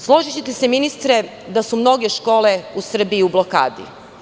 Složićete se ministre, da su mnoge škole u Srbiji u blokadi.